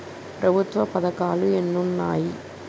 ప్రభుత్వ పథకాలు ఎన్ని ఉన్నాయి?